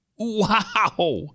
Wow